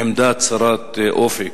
עמדה צרת אופק.